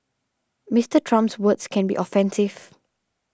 Mister Trump's words can be offensive